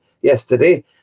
yesterday